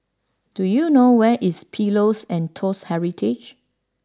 do you know where is Pillows and Toast Heritage